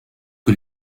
que